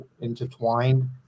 intertwined